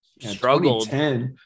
struggled